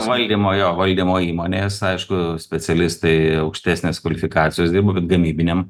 valdymo jo valdymo įmonės aišku specialistai aukštesnės kvalifikacijos dirba gamybiniam